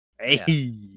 Hey